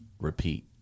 repeat